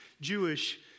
jewish